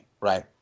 right